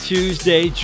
Tuesday